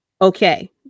Okay